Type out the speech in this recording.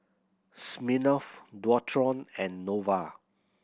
Smirnoff Dualtron and Nova